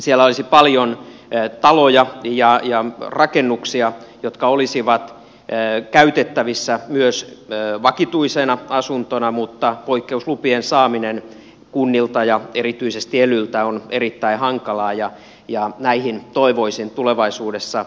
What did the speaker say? siellä olisi paljon taloja ja rakennuksia jotka olisivat käytettävissä myös vakituisina asuntoina mutta poikkeuslupien saaminen kunnilta ja erityisesti elyiltä on erittäin hankalaa ja näihin toivoisin tulevaisuudessa muutoksia